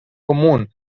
común